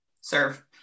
serve